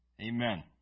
Amen